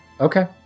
Okay